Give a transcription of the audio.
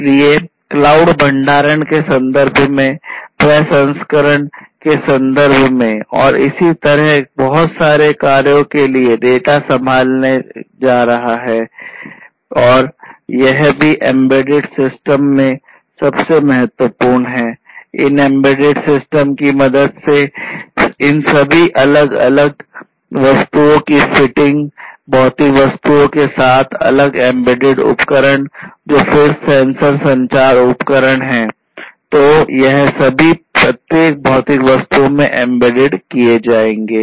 इसलिए क्लाउड भंडारण के संदर्भ में प्रसंस्करण है तो यह सभी प्रत्येक भौतिक वस्तुओं में एम्बेडेड किए जाएंगे